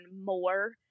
more